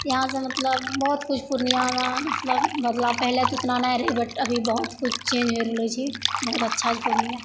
यहाँसँ बहुत किछु मतलब पूर्णियामे मतलब बदलाव पहिले तऽ ओतना नहि रहै बट अभी बहुत कुछ चेन्ज हो गेलऽ छी बहुत अच्छा छै पूर्णिया